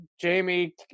Jamie